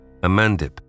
Amandip